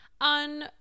on